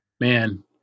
Man